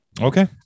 Okay